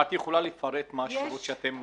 את יכולה לפרט מה השירות שאתם נותנים?